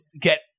get